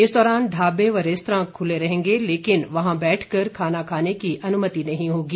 इस दौरान ढाबे व रेस्त्रां खुले रहेंगे लेकिन वहां बैठकर खाना खाने की अनुमति नहीं होगी